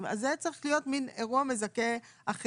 אז זה היה צריך להיות מן אירוע מזכה אחר.